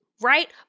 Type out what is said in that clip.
right